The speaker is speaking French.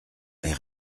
est